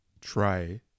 try